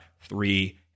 three